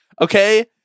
okay